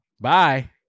Bye